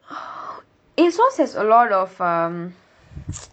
ASOS has a lot of um